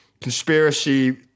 conspiracy